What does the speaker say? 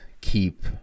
keep